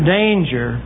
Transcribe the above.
danger